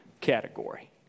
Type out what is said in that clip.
category